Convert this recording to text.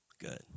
Good